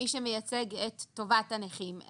כמי שמייצג את טובת הנכים.